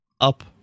up